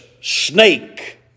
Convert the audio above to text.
snake